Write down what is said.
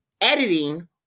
editing